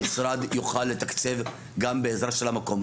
המשרד יוכל לתקצב גם בעזרה של המקום.